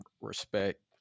Respect